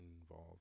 involved